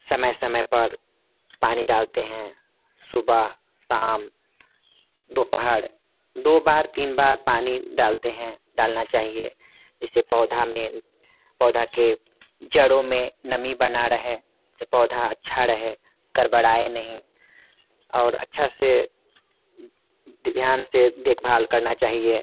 समय समय पर पानी डालते हैं सुबह शाम दोपहर दो बार तीन बार पानी डालते हैं डालना चाहिए इससे पौधा में पौधा के जड़ों में नमी बना रहे से पौधा अच्छा रहे गड़बड़ाए नहीं और अच्छा से ध्यान से देखभाल करना चाहिए